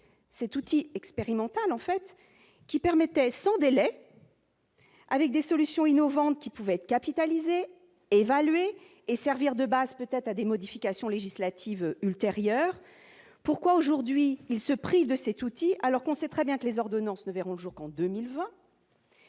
cet outil expérimental en fait qui permettait sans délai. Avec des solutions innovantes qui pouvaient être capitalisées et servir de base, peut-être à des modifications législatives ultérieures pourquoi aujourd'hui il se prive de cet outil, alors qu'on sait très bien que les ordonnances ne verront le jour qu'en 2020.